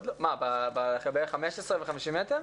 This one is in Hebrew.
ב-15 וה-50 מ"ר?